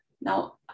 Now